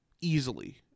easily